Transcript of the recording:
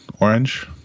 Orange